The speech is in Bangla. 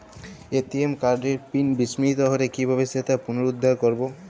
এ.টি.এম কার্ডের পিন বিস্মৃত হলে কীভাবে সেটা পুনরূদ্ধার করব?